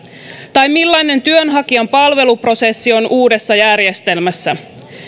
tai millainen työnhakijan palveluprosessi on uudessa järjestelmässä